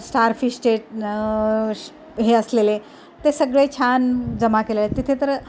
स्टारफिशचे न हे असलेले ते सगळे छान जमा केले तिथे तर